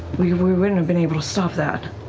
we we wouldn't have been able to stop that.